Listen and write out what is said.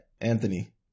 Anthony